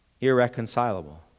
irreconcilable